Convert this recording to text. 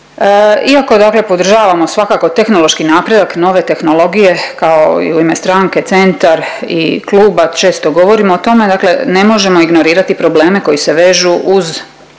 dakle podržavamo svakako tehnološki napredak nove tehnologije kao i u ime stranke Centar i kluba često govorim o tome, dakle ne možemo ignorirati probleme koji se vežu uz